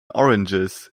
oranges